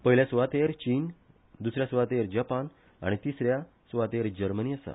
पयल्या सुवातेर चिन द्सऱ्या सुवातेर जपान आनी तिसऱ्या सुवातेर जर्मनी आसा